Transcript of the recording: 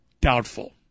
Doubtful